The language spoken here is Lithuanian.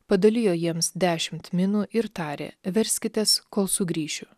padalijo jiems dešimt minų ir tarė verskitės kol sugrįšiu